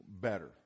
better